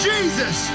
Jesus